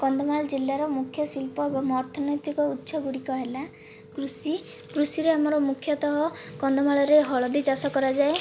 କନ୍ଧମାଳ ଜିଲ୍ଲାର ମୁଖ୍ୟ ଶିଳ୍ପ ଏବଂ ଅର୍ଥନୈତିକ ଉତ୍ସ ଗୁଡ଼ିକ ହେଲା କୃଷି କୃଷିର ଆମର ମୁଖ୍ୟତଃ କନ୍ଧମାଳରେ ହଳଦୀ ଚାଷ କରାଯାଏ